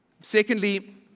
Secondly